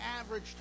average